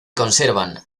conservan